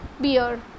beer